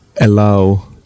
Allow